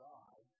God